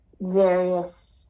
various